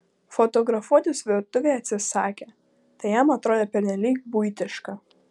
fotografuotis virtuvėje atsisakė tai jam atrodė pernelyg buitiška